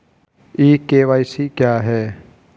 ई KYC क्या है?